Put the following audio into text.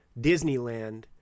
Disneyland